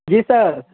جی سر